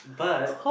but